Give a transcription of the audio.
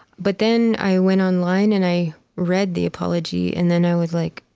but then i went online, and i read the apology, and then i was like,